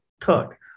Third